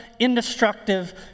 indestructive